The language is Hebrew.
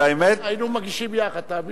היינו מגישים יחד, תאמין לי.